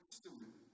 student